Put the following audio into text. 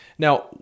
Now